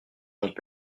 ont